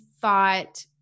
thought